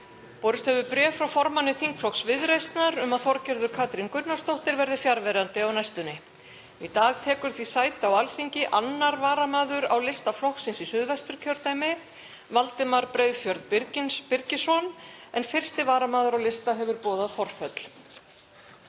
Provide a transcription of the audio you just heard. Borist hefur bréf frá formanni þingflokks Viðreisnar um að Þorgerður Katrín Gunnarsdóttir verði fjarverandi á næstunni. Í dag tekur því sæti á Alþingi 2. varamaður á lista flokksins í Suðvesturkjördæmi, Valdimar Breiðfjörð Birgisson, en fyrsti varamaður á lista hefur boðað forföll.